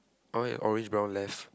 oh mine orange brown left